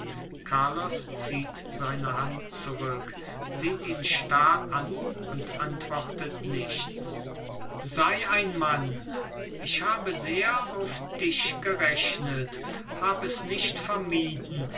carlos zieht seine hand zurück sieht ihn starr an und antwortet nichts sei ein mann ich habe sehr auf dich gerechnet hab es nicht vermieden